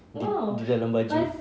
di di dalam baju